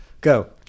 Go